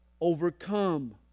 overcome